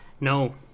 No